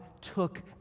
took